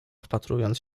wpatrując